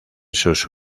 sus